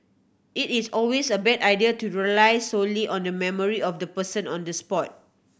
it is always a bad idea to rely solely on the memory of the person on the spot